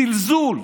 זלזול.